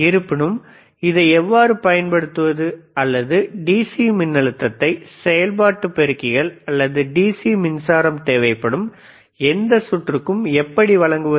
இருப்பினும் இதை எவ்வாறு பயன்படுத்துவது அல்லது இந்த டிசி மின்னழுத்தத்தை செயல்பாட்டு பெருக்கிகள் அல்லது டிசி மின்சாரம் தேவைப்படும் எந்த சுற்றுக்கும் எப்படி வழங்குவது